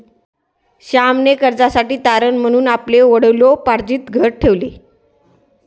श्यामने कर्जासाठी तारण म्हणून आपले वडिलोपार्जित घर ठेवले